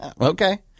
Okay